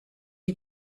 you